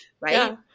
Right